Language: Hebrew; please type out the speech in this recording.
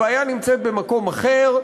הבעיה נמצאת במקום אחר,